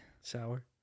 sour